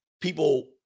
people –